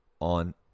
on